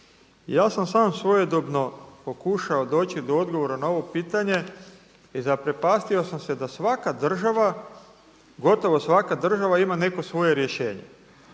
Ja sam sam svojedobno pokušao doći do odgovora na ovo pitanje i zaprepastio sam se da svaka država, gotovo svaka država ima neko svoje rješenje.